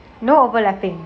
no overlapping